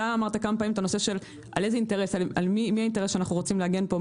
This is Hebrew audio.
שאלת כמה פעמים על אינטרס של מי אנחנו רוצים להגן פה?